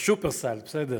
ב"שופרסל", בסדר.